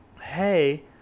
hey